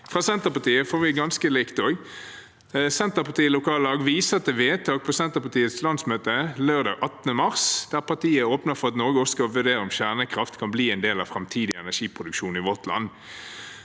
Fra Senterpartiet får vi noe som er ganske likt. Senterparti-lokallag viser til vedtak på Senterpartiets landsmøte lørdag 18. mars der partiet åpner for at Norge skal vurdere om kjernekraft kan bli en del av framtidig energiproduksjon i vårt land.